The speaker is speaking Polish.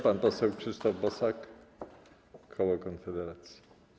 Pan poseł Krzysztof Bosak, koło Konfederacji.